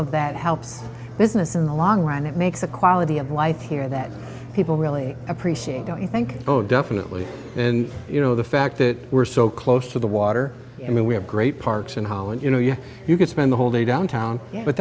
of that helps business in the long run it makes a quality of life here that people really appreciate don't you think oh definitely and you know the fact that we're so close to the water i mean we have great parks in holland you know you you could spend the whole day downtown but